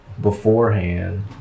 beforehand